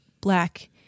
Black